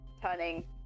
turning